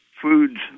foods